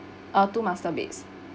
ah two master beds